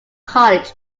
college